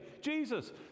Jesus